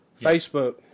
facebook